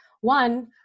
One